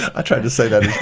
i tried to say that